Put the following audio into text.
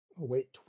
wait